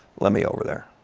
let me over there.